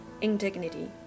indignity